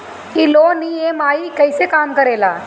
ई loan EMI कईसे काम करेला?